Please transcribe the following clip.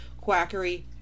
quackery